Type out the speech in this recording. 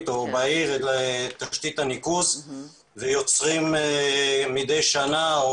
או בעיר על תשתית הניקוז ויוצרים מדי שנה,